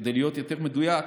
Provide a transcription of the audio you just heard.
כדי להיות יותר מדויק,